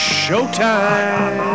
showtime